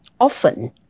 Often